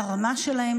לרמה שלהם,